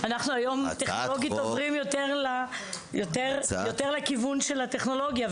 הולכים היום יותר לכיוון של טכנולוגיה,